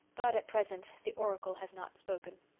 but at present the oracle has not spoken.